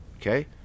okay